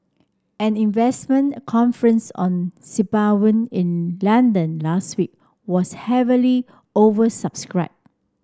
an investment conference on in London last week was heavily oversubscribed